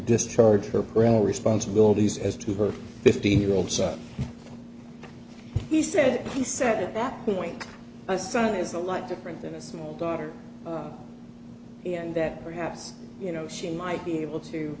discharge her parental responsibilities as to her fifteen year old son he said he said at that point my son is a lot different than a small daughter and that perhaps you know she might be able to